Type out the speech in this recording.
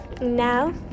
now